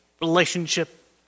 relationship